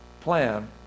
plan